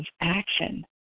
action